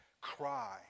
cry